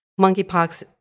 monkeypox